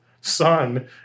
son